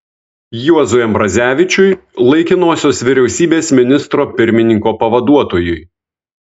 juozui ambrazevičiui laikinosios vyriausybės ministro pirmininko pavaduotojui